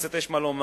לכנסת יש מה לומר.